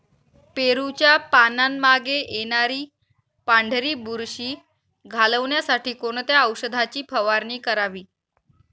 पेरूच्या पानांमागे येणारी पांढरी बुरशी घालवण्यासाठी कोणत्या औषधाची फवारणी करावी?